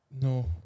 No